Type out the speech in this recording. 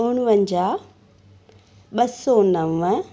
उणवंजाहु ॿ सौ नव